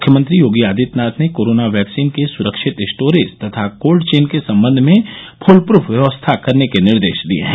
मुख्यमंत्री योगी आदित्यनाथ ने corona vaccine के सुरक्षित स्टोरोज तथा कोल्ड चेन के संबंध में फूलप्रफ व्यवस्था करने के निर्देश दिये हैं